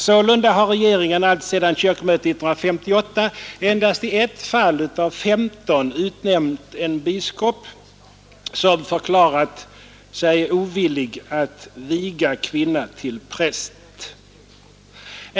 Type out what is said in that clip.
Sålunda har regeringen alltsedan kyrkomötet 1958 endast i ett fall av 15 utnämnt en biskop som förklarat sig ovillig att viga kvinna till präst.